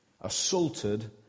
assaulted